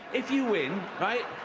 if you win, right?